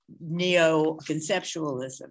neo-conceptualism